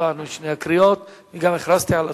שהצבענו בשתי הקריאות, אני גם הכרזתי על התוצאות.